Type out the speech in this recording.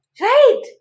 Right